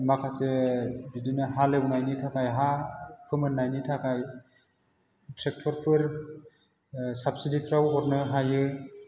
माखासे बिदिनो हालेवनायनि थाखाय हा फोमोननायनि थाखाय ट्रेक्टरफोर साबसिदिफ्राव हरनो हायो